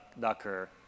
Docker